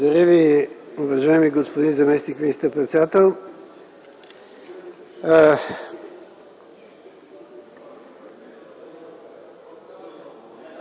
Благодаря Ви, уважаеми господин заместник министър-председател.